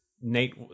nate